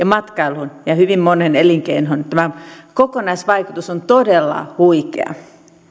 matkailuun ja hyvin moneen elinkeinoon tämä kokonaisvaikutus on todella huikea